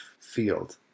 field